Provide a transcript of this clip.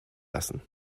lassen